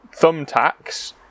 thumbtacks